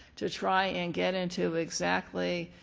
to try and get into exactly,